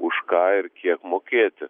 už ką ir kiek mokėti